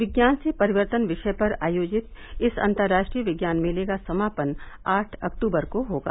विज्ञान से परिवर्तन विषय पर आयोजित इस अन्तर्राष्ट्रीय विज्ञान मेले का समापन आठ अक्टूबर को होगा